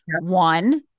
one